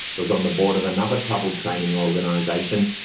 was on the board of another troubled training organisation,